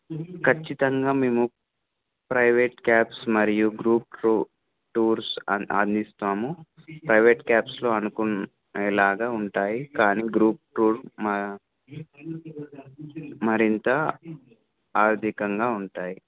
ఖచ్చితంగా మేము private cabs మరియు గ్రూప్ ట టూర్స్ అ అందిస్తాము ప్రైవేట్ క్యాబ్స్లో అనుకునే లాగా ఉంటాయి కానీ గ్రూప్ టూర్ మరింత ఆర్ధికంగా ఉంటాయి